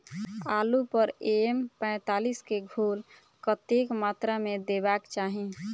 आलु पर एम पैंतालीस केँ घोल कतेक मात्रा मे देबाक चाहि?